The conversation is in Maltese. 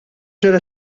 ġara